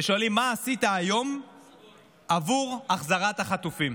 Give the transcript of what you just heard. ושואלים: מה עשית היום עבור החזרת החטופים?